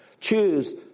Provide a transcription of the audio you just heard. choose